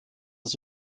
das